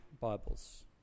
Bibles